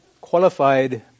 qualified